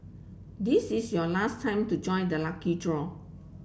this is your last time to join the lucky draw